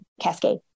cascade